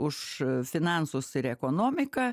už finansus ir ekonomiką